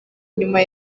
nyuma